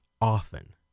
often